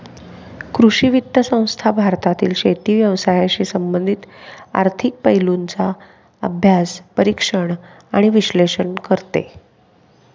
कृषी वित्त संस्था भारतातील शेती व्यवसायाशी संबंधित आर्थिक पैलूंचा अभ्यास, परीक्षण आणि विश्लेषण करते